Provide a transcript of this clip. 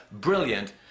brilliant